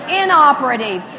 inoperative